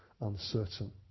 uncertain